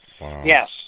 Yes